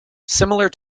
similar